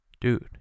Dude